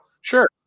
Sure